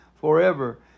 forever